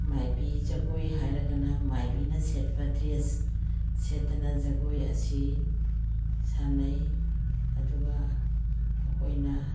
ꯃꯥꯏꯕꯤ ꯖꯒꯣꯏ ꯍꯥꯏꯔꯒꯅ ꯃꯥꯏꯕꯤꯅ ꯁꯦꯠꯄ ꯗ꯭ꯔꯦꯁ ꯁꯦꯠꯇꯅ ꯖꯒꯣꯏ ꯑꯁꯤ ꯁꯥꯟꯅꯩ ꯑꯗꯨꯒ ꯑꯩꯈꯣꯏꯅ